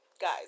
guys